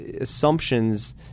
assumptions